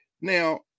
Now